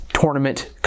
tournament